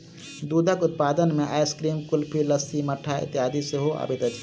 दूधक उत्पाद मे आइसक्रीम, कुल्फी, लस्सी, मट्ठा इत्यादि सेहो अबैत अछि